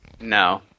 No